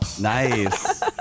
Nice